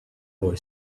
boy